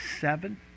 seven